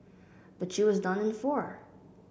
but she was done in four